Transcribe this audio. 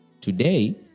Today